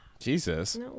jesus